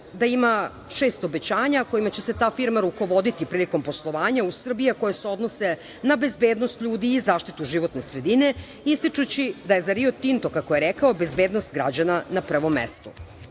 da ima šest obećanja kojima će se ta firma rukovoditi prilikom poslovanja u Srbiji, koji se odnose na bezbednost ljudi i zaštitu životne sredine, ističući da je za „Rio Tinto“, kako je rekao, bezbednost građana na prvom